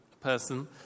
person